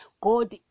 God